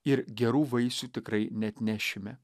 ir gerų vaisių tikrai neatnešime